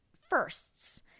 firsts